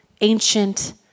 ancient